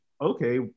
okay